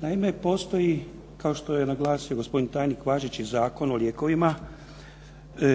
Naime, postoji kao što je naglasio gospodin tajnik važeći Zakon o lijekovima